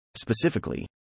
Specifically